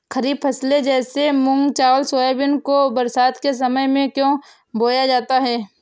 खरीफ फसले जैसे मूंग चावल सोयाबीन को बरसात के समय में क्यो बोया जाता है?